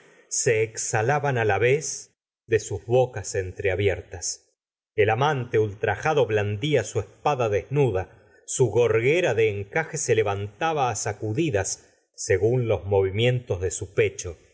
se exhalaban á la vez de sus bocas entreabiertas el amante ultrajado blanndia su espada desnuda su gorguera de encaje se levantaba á sacudidas según los movimientos de su pecho